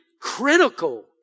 critical